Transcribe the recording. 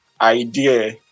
idea